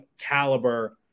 caliber